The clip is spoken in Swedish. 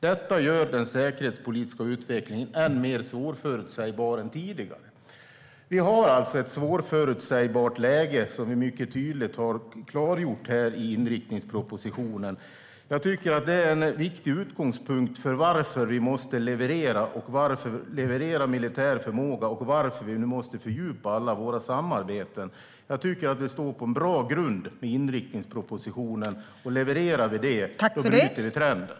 Detta gör den säkerhetspolitiska utvecklingen än mer svårförutsägbar än tidigare." Vi har alltså ett svårförutsägbart läge, vilket vi mycket tydligt har klargjort här i inriktningspropositionen. Jag tycker att det är en viktig utgångspunkt för varför vi måste leverera militär förmåga och varför vi nu måste fördjupa alla våra samarbeten. Jag tycker att vi står på en bra grund med inriktningspropositionen, och levererar vi det här bryter vi trenden.